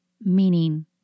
Meaning